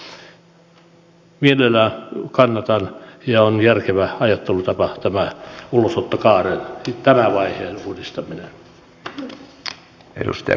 mielelläni kannatan tätä ja on järkevä ajattelutapa tämä ulosottokaaren tämän vaiheen uudistaminen